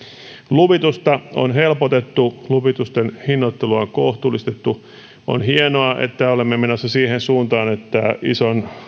luvitusta on helpotettu luvitusten hinnoittelua kohtuullistettu on hienoa että olemme menossa siihen suuntaan että ison